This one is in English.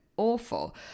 awful